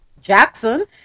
Jackson